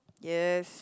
yes